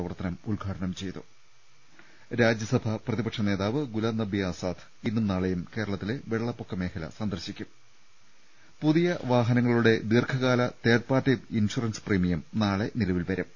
പ്രവർത്തനം ഉദ്ഘാടനം ചെയ്തു രാജ്യസഭാ പ്രതിപക്ഷനേതാവ് ഗുലാംനബി ആസാദ് ഇന്നും നാളെയും കേരളത്തിലെ വെള്ളപ്പൊക്ക മേഖല സന്ദർശിക്കും ും പുതിയ വാഹനങ്ങളുടെ ദീർഘകാല തേർഡ് പാർട്ടി ഇൻഷുറൻസ് പ്രീമിയം നാളെ നിലവിൽ വരും